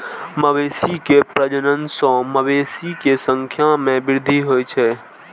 मवेशी के प्रजनन सं मवेशी के संख्या मे वृद्धि होइ छै